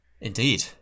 Indeed